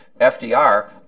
FDR